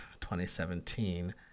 2017